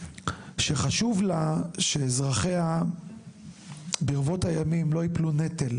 שחשוב לה שאזרחיה ברבות הימים לא יפלו נטל